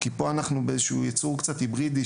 כי פה אנחנו מתעסקים ביצור קצת היברידי,